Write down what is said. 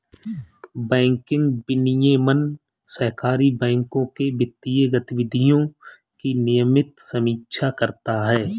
banking विनियमन सहकारी बैंकों के वित्तीय गतिविधियों की नियमित समीक्षा करता है